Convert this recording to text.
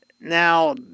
Now